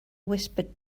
whispered